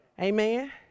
Amen